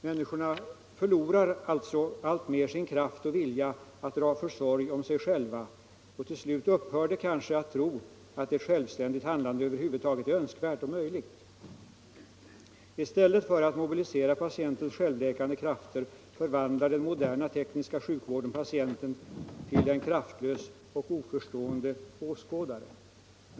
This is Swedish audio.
Människorna förlorar alltmer sin kraft och vilja att dra försorg om sig själva, och till slut upphör de kanske att tro att ett självständigt handlande över huvud taget är önskvärt och möjligt. I stället för att mobilisera patientens själv läkande krafter förvandlar den moderna tekniska sjukvården patienten till en kraftlös och oförstående åskådare.